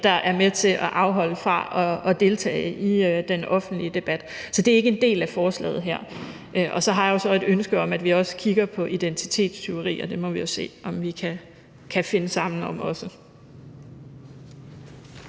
der er med til at afholde nogle fra at deltage i den offentlige debat. Så det er ikke en del af forslaget her. Så har jeg et ønske om, at vi også kigger på identitetstyveri, og det må vi jo se om vi også kan finde sammen om.